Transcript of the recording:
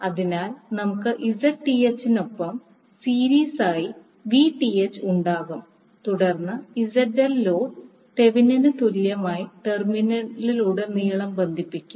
അതിനാൽ നമുക്ക് Zth നൊപ്പം സീരീസ് ആയി Vth ഉണ്ടാകും തുടർന്ന് ZL ലോഡ് തെവെനിൻ തുല്യമായ ടെർമിനലിലുടനീളം ബന്ധിപ്പിക്കും